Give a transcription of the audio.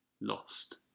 lost